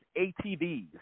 ATVs